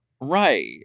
Right